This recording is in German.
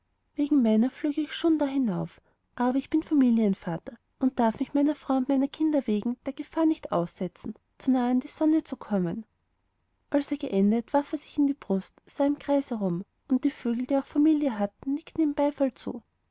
wegen meiner flöge ich schon da hinauf aber ich bin familienvater und darf mich meiner frau und meiner kinder wegen der gefahr nicht aussetzen zu nahe an die sonne zu kommen als er geendet warf er sich in die brust sah im kreis herum und die vögel die auch familie hatten nickten ihm beifall zu